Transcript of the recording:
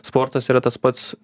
sportas yra tas pats